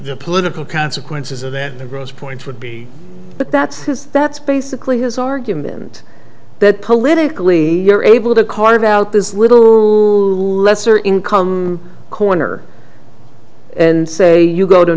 the political consequences of that the gross point would be but that's his that's basically his argument that politically you're able to carve out this little lesser income corner and say you go to